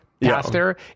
pastor